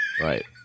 Right